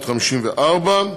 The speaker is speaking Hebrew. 1954,